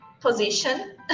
position